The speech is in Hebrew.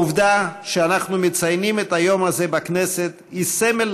העובדה שאנחנו מציינים את היום הזה בכנסת היא סמל